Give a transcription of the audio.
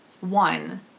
One